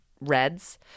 reds